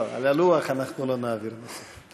לא, על הלוח אנחנו לא נעביר נושא.